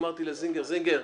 אמרתי לזינגר: זינגר,